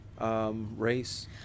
Race